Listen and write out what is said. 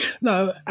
No